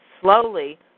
Slowly